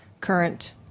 current